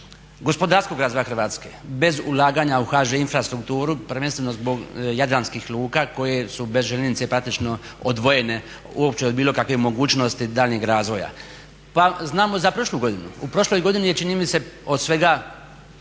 gospodarskog razvoja Hrvatske bez ulaganja u HŽ Infrastrukturu prvenstveno zbog jadranskih luka koje su bez željeznice praktično odvojene uopće od bilo kakvih mogućnosti daljnjeg razvoja. Pa znamo za prošlu godinu. U prošloj godini je čini mi se od svega